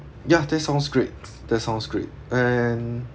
yeah that sounds great that sounds great and